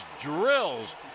drills